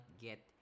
get